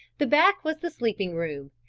the back was the sleeping-room,